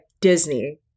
Disney